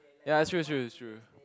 ya is true is true is true